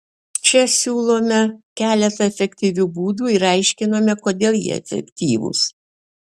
čia siūlome keletą efektyvių būdų ir aiškiname kodėl jie efektyvūs